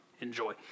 Enjoy